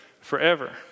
forever